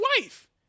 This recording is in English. wife